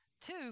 Two